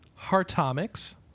Hartomics